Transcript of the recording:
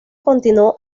continuó